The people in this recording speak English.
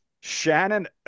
Shannon